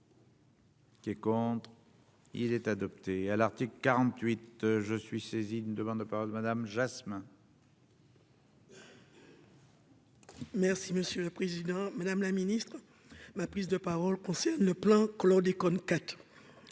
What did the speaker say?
Qui est contre. Il est adopté à l'article 48 je suis saisi d'une demande de parole Madame Jasmin. Merci monsieur le Président, Madame la Ministre, ma prise de parole concerne le plan chlordécone